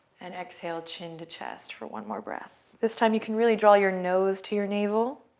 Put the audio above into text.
and exhale chin-to-chest for one more breath. this time, you can really draw your nose to your navel.